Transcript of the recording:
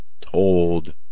told